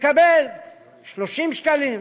מקבל 30 שקלים,